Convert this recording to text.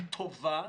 היא טובה,